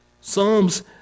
Psalms